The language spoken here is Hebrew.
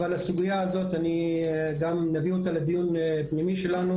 אבל את הסוגייה הזאת אני גם אביא לדיון פנימי שלנו